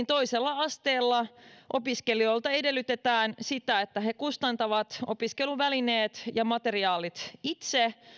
toisella asteella opiskelijoilta edellytetään sitä että he kustantavat opiskeluvälineet ja materiaalit itse